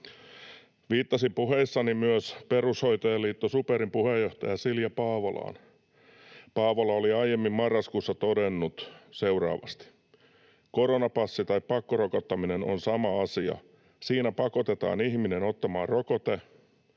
Viittasin puheissani myös perushoitajaliitto SuPerin puheenjohtajaan Silja Paavolaan. Paavola oli aiemmin marraskuussa todennut seuraavasti: ”Koronapassi tai pakkorokottaminen on sama asia. Siinä pakotetaan ihminen ottamaan rokote.